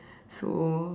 so